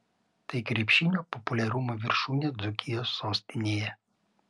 tai krepšinio populiarumo viršūnė dzūkijos sostinėje